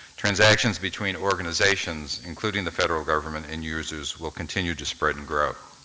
transactions between organizations including the federal government and users will continue to spread and grow.